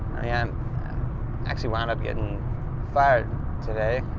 i um actually wound up getting fired today.